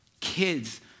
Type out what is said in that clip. kids